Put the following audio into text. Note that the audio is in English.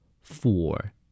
Four